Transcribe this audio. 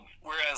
whereas